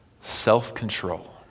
self-control